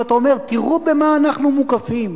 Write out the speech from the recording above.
ואתה אומר: תראו במה אנחנו מוקפים.